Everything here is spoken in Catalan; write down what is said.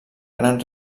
gran